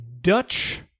Dutch